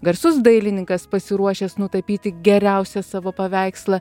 garsus dailininkas pasiruošęs nutapyti geriausią savo paveikslą